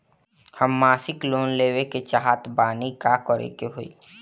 हम मासिक लोन लेवे के चाह तानि का करे के होई?